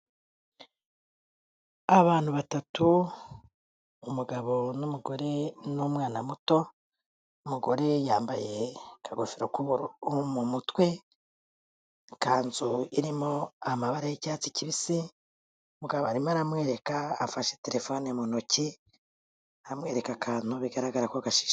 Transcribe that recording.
Abantu batatu, umugabo n'umugore n'umwana muto, umugore yambaye akagofero k'ubururu mu mutwe, ikanzu irimo amabara y'icyatsi kibisi, umugabo arimo aramwereka afashe telefone mu ntoki, amwereka akantu bigaragara ko gashi...